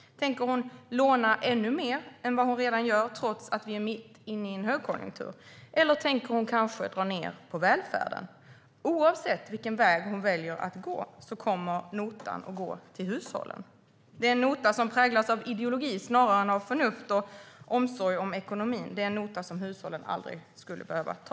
Tänker hon låna ännu mer än vad hon redan gör, trots att vi är mitt i en högkonjunktur? Eller tänker hon kanske dra ned på välfärden? Oavsett vilken väg hon väljer att gå kommer notan att gå till hushållen. Det är en nota som präglas av ideologi snarare än av förnuft och omsorg om ekonomin. Det är en nota som hushållen aldrig skulle behöva ta.